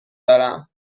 دارم